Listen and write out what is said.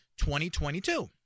2022